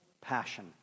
passion